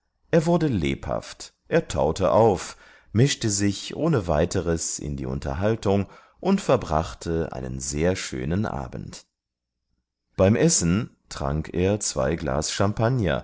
er wurde lebhaft er taute auf mischte sich ohne weiteres in die unterhaltung und verbrachte einen sehr schönen abend beim essen trank er zwei glas champagner